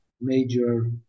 major